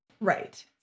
Right